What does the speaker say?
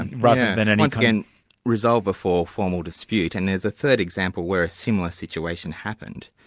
and but but and and and resolved before formal dispute. and there's a third example where a similar situation happened,